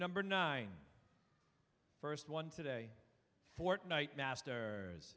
number nine first one today fortnight master